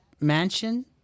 mansion